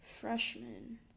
freshman